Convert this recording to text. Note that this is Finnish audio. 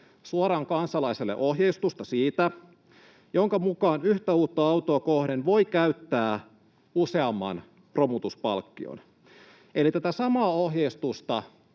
suoraan kansalaiselle ohjeistusta, jonka mukaan yhtä uutta autoa kohden voi käyttää useamman romutuspalkkion. Eli myös ministeriöstä,